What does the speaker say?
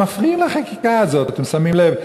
הם מפריעים לחקיקה הזאת, אתם שמים לב?